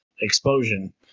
explosion